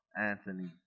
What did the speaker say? Anthony